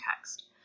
text